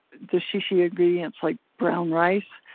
the sushi ingredients like brown rice.